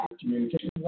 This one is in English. communication